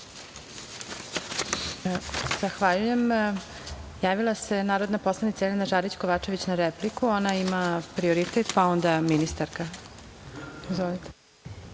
Zahvaljujem. Javila se narodna poslanica, Jelena Žarić Kovačević, na repliku, ona ima prioritet, pa onda ministarka. Izvolite.